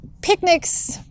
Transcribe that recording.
picnics